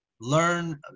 learn